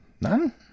None